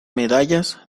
medallas